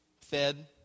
fed